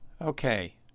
Okay